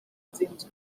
imagined